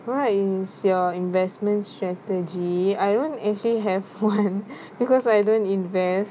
what is your investment strategy I don't actually have one because I don't invest